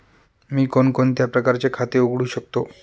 मी कोणकोणत्या प्रकारचे खाते उघडू शकतो?